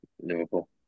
Liverpool